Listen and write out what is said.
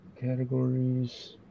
categories